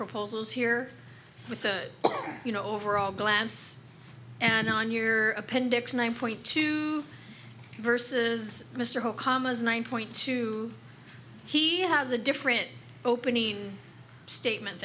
proposals here with a you know overall glance and on your appendix nine point two versus mr commas one point two he has a different opening statement